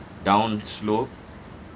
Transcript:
down slope